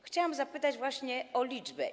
Chciałabym zapytać właśnie o liczbę.